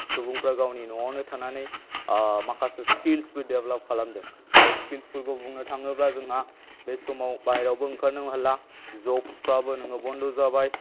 सुबुंफोरा गावनि न'आवनो थानानै माखासे स्किल्सबो डेभल'प खालामदों दा स्किल्सफोरखौ बुंनो थाङोब्ला जोंहा बे समाव बाहेरायावबो ओंखारनो हाला ज'ब्सफ्राबो नोङो बन्द' जाबाय